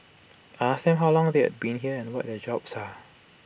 I asked them how long they have been here and what their jobs are